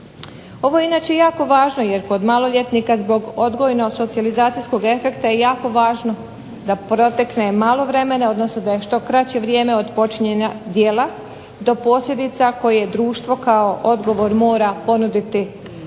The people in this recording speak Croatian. Ovo je inače jako važno, jer kod maloljetnika zbog odgojno socijalizacijskog efekta je jako važno da protekne malo vremena, odnosno da je što kraće vrijeme od počinjenja djela, do posljedica koje društvo kao odgovor mora ponuditi maloljetniku,